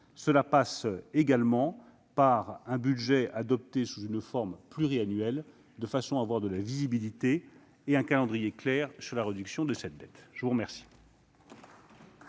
cela passe enfin par un budget adopté sous une forme pluriannuelle, de façon à avoir de la visibilité et un calendrier clair sur la réduction de cette dette. La parole